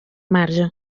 marge